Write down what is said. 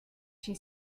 she